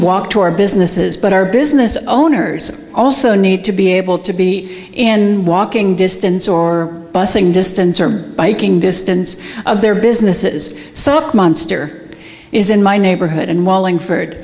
walk to our businesses but our business owners also need to be able to be in walking distance or busing distance or biking distance of their businesses so if monster is in my neighborhood and wallingford it